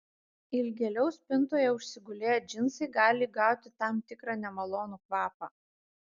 ilgėliau spintoje užsigulėję džinsai gali įgauti tam tikrą nemalonų kvapą